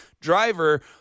driver